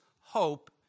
hope